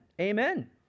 amen